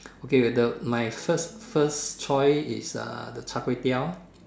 okay the my first first choice is uh the Char-Kway-Teow